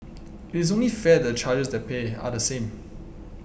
it is only fair that the charges that pay are the same